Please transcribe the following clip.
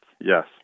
Yes